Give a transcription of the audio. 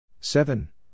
seven